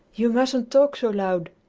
you mustn't talk so loud,